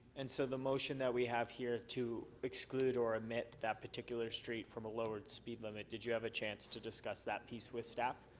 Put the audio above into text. and so motion that we have here to exclude or omit that particular street from a lowered speed limit, did you have a chance to discuss that piece with staff?